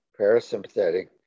parasympathetic